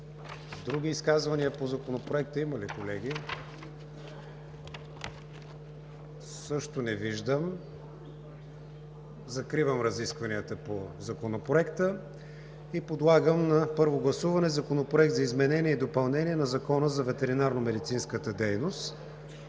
Други изказвания по Законопроекта има ли, колеги? Не виждам. Закривам разискванията по Законопроекта. Подлагам на първо гласуване Законопроекта за изменение и допълнение на Закона за ветеринарномедицинската дейност.